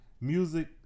music